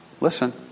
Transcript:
Listen